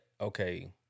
okay